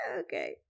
Okay